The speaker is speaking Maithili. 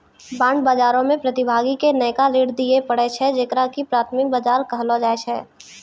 बांड बजारो मे प्रतिभागी के नयका ऋण दिये पड़ै छै जेकरा की प्राथमिक बजार कहलो जाय छै